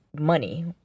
money